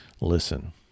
listen